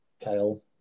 Kyle